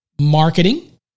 marketing